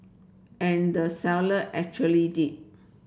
and the seller actually did